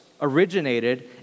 originated